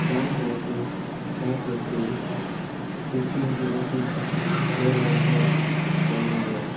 सांत फ्रांसीस सात April fifteen zero six हे वर्साक जल्मलो